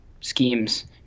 schemes